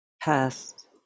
past